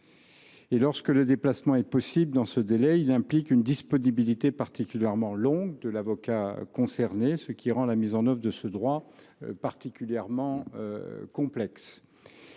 lorsque le déplacement est possible dans ce délai, il implique une disponibilité particulièrement longue de l’avocat concerné, ce qui rend la mise en œuvre de ce droit particulièrement complexe.